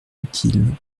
utile